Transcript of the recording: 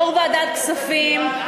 יו"ר ועדת כספים,